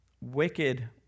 wicked